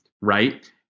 Right